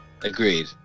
agreed